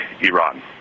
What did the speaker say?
Iran